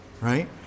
right